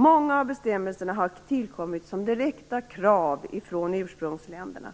Många av bestämmelserna har tillkommit som direkta krav från ursprungsländerna.